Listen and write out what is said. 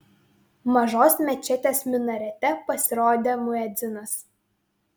mažos mečetės minarete pasirodė muedzinas